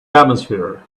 atmosphere